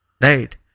Right